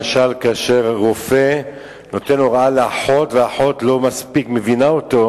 למשל כאשר רופא נותן הוראה לאחות והאחות לא מספיק מבינה אותו,